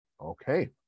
Okay